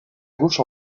gauche